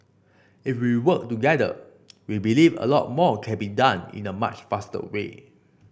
if we work together we believe a lot more can be done in a much faster way